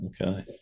okay